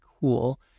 cool